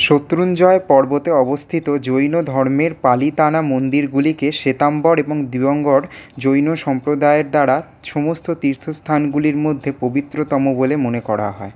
শত্রুঞ্জয় পর্বতে অবস্থিত জৈন ধর্মের পালিতানা মন্দিরগুলিকে শ্বেতাম্বর এবং দিগম্বর জৈন সম্প্রদায়ের দ্বারা সমস্ত তীর্থস্থানগুলির মধ্যে পবিত্রতম বলে মনে করা হয়